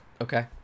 Okay